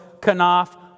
kanaf